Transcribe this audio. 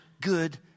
good